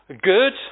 good